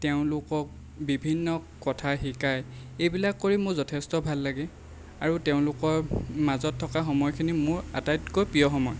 তেওঁলোকক বিভিন্ন কথা শিকাই এইবিলাক কৰি মোৰ যথেষ্ট ভাল লাগে আৰু তেওঁলোকৰ মাজত থকা সময়খিনি মোৰ আটাইতকৈ প্ৰিয় সময়